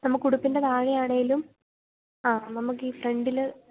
നമുക്ക് ഉടുപ്പിൻ്റെ താഴെയാണെങ്കിലും ആ നമുക്കീ ഫ്രണ്ടില്